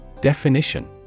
definition